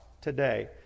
today